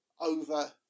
over